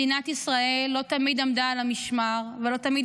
מדינת ישראל לא תמיד עמדה על המשמר ולא תמיד